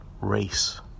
race